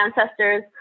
ancestors